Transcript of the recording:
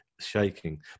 shaking